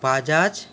Bajaj